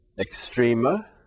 extrema